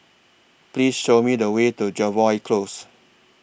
Please Show Me The Way to Jervois Close